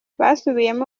basubiyemo